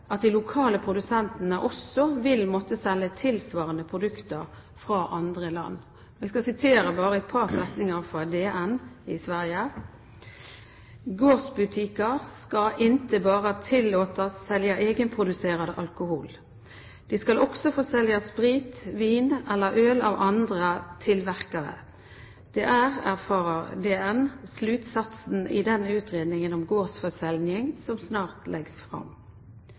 at de lokale produsentene også vil måtte selge tilsvarende produkter fra andre land. DN i Sverige skriver: «Gårdsbutiker ska inte bara tillåtas sälja egenproducerad alkohol. De ska också få sälja sprit, vin eller öl av andra tillverkare. Det är, erfar DN, slutsatsen i den utredning om gårdsförsäljning som snart läggs fram.»